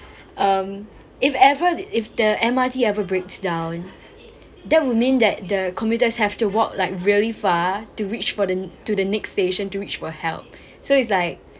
um if ever if the M_R_T ever breaks down that would mean that the commuters have to walk like really far to reach for the to the next station to which will help so it's like